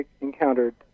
encountered